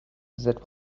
that